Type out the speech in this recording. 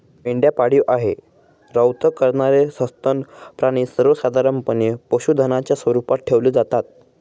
मेंढ्या पाळीव आहे, रवंथ करणारे सस्तन प्राणी सर्वसाधारणपणे पशुधनाच्या स्वरूपात ठेवले जातात